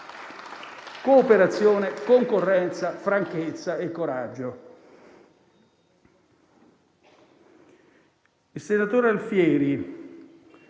cooperazione, concorrenza, franchezza e coraggio.